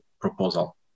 proposal